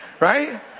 Right